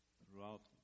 throughout